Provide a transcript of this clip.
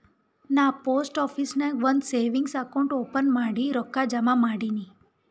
ನಾ post office ನಾಗ್ ಒಂದ್ ಸೇವಿಂಗ್ಸ್ ಅಕೌಂಟ್ ಓಪನ್ ಮಾಡಿ ರೊಕ್ಕಾ ಜಮಾ ಮಾಡಿನಿ